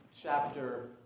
chapter